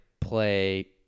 play